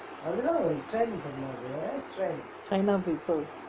china people